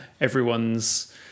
everyone's